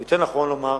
יותר נכון לומר,